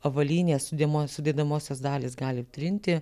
avalynės sudėmos sudedamosios dalys gali trinti